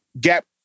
Gap